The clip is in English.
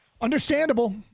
Understandable